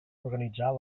organitzar